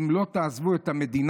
אם לא תעזבו את המדינה,